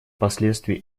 последствий